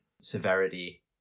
severity